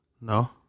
No